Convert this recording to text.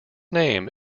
name